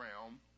realm